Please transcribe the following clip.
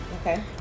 Okay